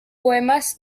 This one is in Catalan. poemes